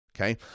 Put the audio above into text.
okay